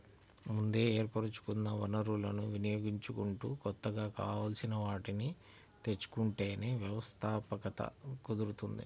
ముందే ఏర్పరచుకున్న వనరులను వినియోగించుకుంటూ కొత్తగా కావాల్సిన వాటిని తెచ్చుకుంటేనే వ్యవస్థాపకత కుదురుతుంది